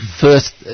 first